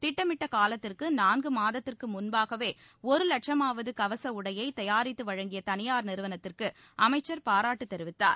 திட்டமிட்ட காலத்திற்கு நான்கு மாதங்களுக்கு முன்பாகவே ஒரு லட்சமாவது கவச உடையை தயாரித்து வழங்கிய தனியார் நிறுவனத்திற்கு அமைச்சர் பாராட்டு தெரிவித்தார்